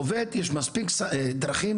לעובד יש מספיק דרכים,